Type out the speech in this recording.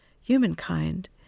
humankind